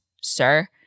sir